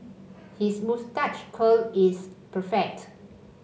his moustache curl is perfect